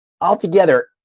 Altogether